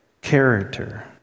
character